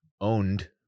owned